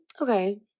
okay